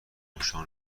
مشتاق